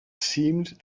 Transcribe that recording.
seemed